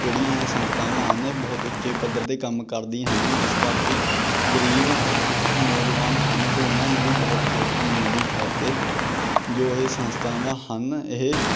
ਜਿਹੜੀਆਂ ਇਹ ਸੰਸਥਾਵਾਂ ਹਨ ਇਹ ਬਹੁਤ ਉੱਚੇ ਪੱਧਰ ਦੇ ਕੰਮ ਕਰਦੀਆਂ ਹਨ ਜਿਸ ਕਰਕੇ ਗਰੀਬ ਨੌਜਵਾਨ ਹਨ ਅਤੇ ਉਹਨਾਂ ਨੂੰ ਵੀ ਬਹੁਤ ਹੈਲਪ ਮਿਲਦੀ ਹੈ ਅਤੇ ਜੋ ਇਹ ਸੰਸਥਾਵਾਂ ਹਨ ਇਹ